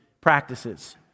practices